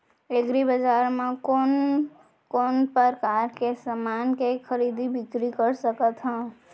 एग्रीबजार मा मैं कोन कोन परकार के समान के खरीदी बिक्री कर सकत हव?